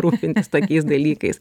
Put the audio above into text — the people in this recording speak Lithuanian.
rūpintis tokiais dalykais